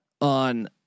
on